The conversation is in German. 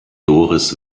doris